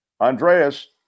Andreas